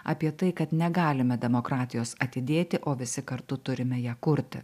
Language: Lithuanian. apie tai kad negalime demokratijos atidėti o visi kartu turime ją kurti